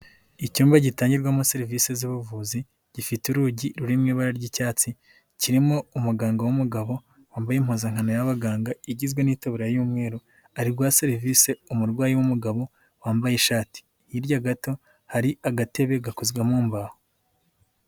Icyumba gitangirwamo serivise z'ubuvuzi gifite urugi ruri mu ibara ry'icyatsi kirimo umuganga w'umugabo wambaye impuzankano y'abaganga igizwe n'itaburiya y'umweru ari guha serivise umurwayi w'umugabo wambaye ishati, hirya gato hari agatebe gakozwe mu mbaho.